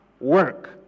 work